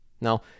Now